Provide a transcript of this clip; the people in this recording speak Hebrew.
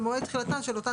במועד תחילתן של אותן